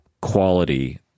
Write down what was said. quality